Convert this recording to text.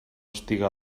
estiga